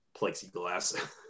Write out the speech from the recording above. plexiglass